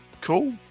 Cool